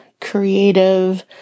creative